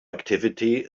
activity